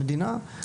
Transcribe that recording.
המדינה,